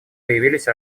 появились